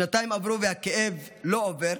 שנתיים עברו והכאב לא עובר.